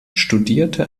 studierte